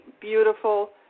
beautiful